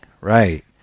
right